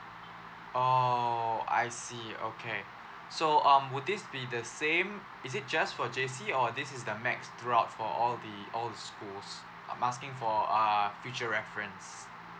oh I see okay so um would this be the same is it just for J_C or this is the max throughout for all the all the schools I'm asking for uh future reference